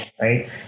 right